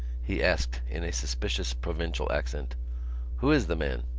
he asked in a suspicious provincial accent who is the man?